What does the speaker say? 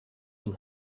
will